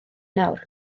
nawr